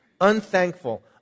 unthankful